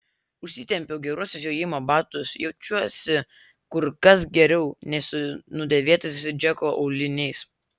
užsitempiau geruosius jojimo batus jaučiausi kur kas geriau nei su nudėvėtais džeko auliniais